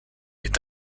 est